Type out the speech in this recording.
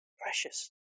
Precious